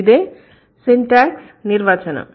ఇదే సింటాక్స్ నిర్వచనం